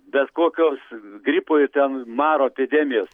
bet kokios gripo ir ten maro epidemijos